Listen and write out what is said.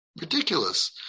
Ridiculous